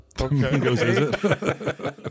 Okay